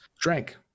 drank